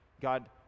God